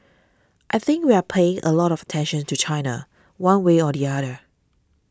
I think we are paying a lot of tension to China one way or the other